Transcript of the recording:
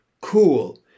cool